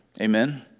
Amen